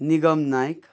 Nigam Naik